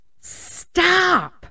stop